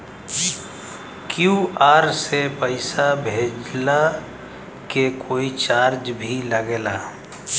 QR से पैसा भेजला के कोई चार्ज भी लागेला?